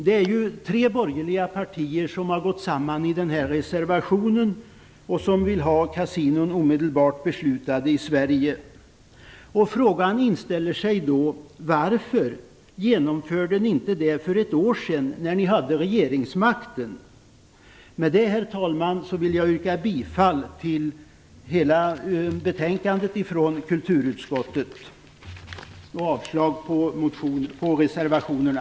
Det är tre borgerliga partier som har gått samman om reservation nr 2 och som vill ha ett omedelbart beslut om kasinon i Sverige. Frågan inställer sig då: Varför genomförde ni inte det för ett år sedan, när ni hade regeringsmakten? Med det, herr talman, vill jag yrka bifall till hela hemställan i betänkandet från kulturutskottet och avslag på reservationerna.